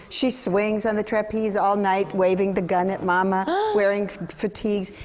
she swings on the trapeze all night, waving the gun at mama. wearing fatigues.